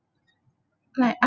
like